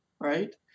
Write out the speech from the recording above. right